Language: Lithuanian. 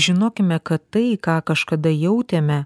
žinokime kad tai ką kažkada jautėme